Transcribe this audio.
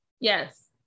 Yes